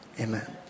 Amen